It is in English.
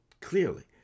clearly